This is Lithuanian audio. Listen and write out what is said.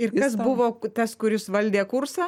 ir kas buvo tas kuris valdė kursą